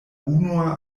unua